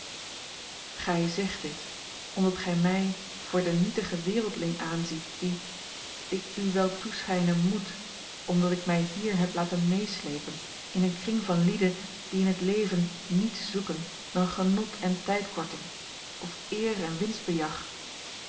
gij zegt dit omdat gij mij voor den nietigen wereldling aanziet dien ik u wel toeschijnen moet omdat ik mij hier heb a l g bosboom-toussaint langs een omweg laten meesleepen in een kring van lieden die in het leven niets zoeken dan genot en tijdkorting of eer en winstbejag